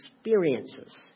experiences